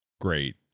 great